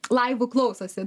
laivų klausosi